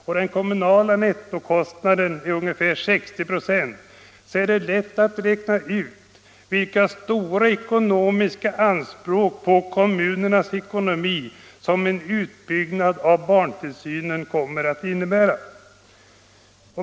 och den kommunala nettokostnaden är ungefär 60 96 därav, så är det lätt att räkna ut vilka stora ekonomiska anspråk på kommunernas ekonomi en utbyggnad av barntillsynen innebär.